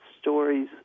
stories